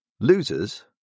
losers